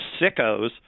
sickos